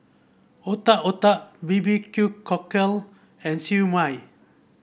Otak Otak B B Q Cockle and Siew Mai